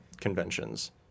conventions